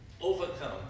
overcome